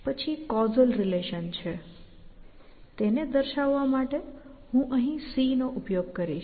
પછી causal relation છે તેને દર્શાવવા માટે હું અહીં C નો ઉપયોગ કરીશ